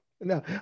No